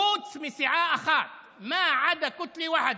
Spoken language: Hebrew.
חוץ מסיעה אחת, (מתרגם את דבריו לערבית:)